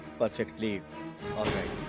perfectly alright.